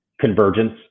convergence